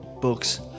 books